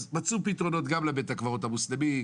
מצאו פתרונות גם לבית הקברות המוסלמי,